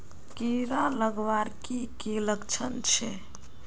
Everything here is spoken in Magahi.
कीड़ा लगवार की की लक्षण छे?